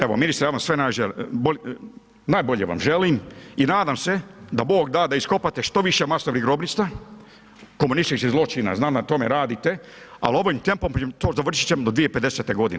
Evo ministre, ja vam sve najže, najbolje vam želim i nadam se da Bog da da iskopate što više masovnih grobnica, komunističkih zločina, znam na tome radite, al ovim tempom to završit ćemo do 2050.g.